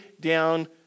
down